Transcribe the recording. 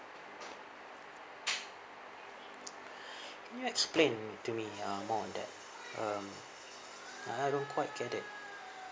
can you explain to me uh more on that um I don't quite get it